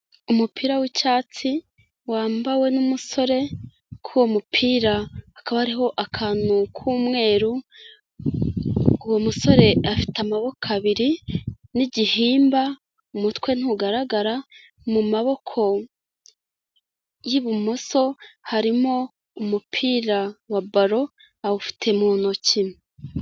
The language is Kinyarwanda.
Umupira w'icyatsi wambawe n'umusore, k'uwo mupira hakaba hariho akantu k'umweru, uwo musore afite amaboko abiri n'igihimba, umutwe ntugaragara, mu maboko y'ibumoso harimo umupira wa baro, awufite mu ntoki.